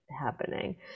happening